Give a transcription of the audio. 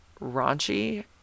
raunchy